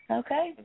okay